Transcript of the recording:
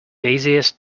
easiest